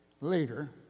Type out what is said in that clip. later